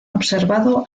observado